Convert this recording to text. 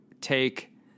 Take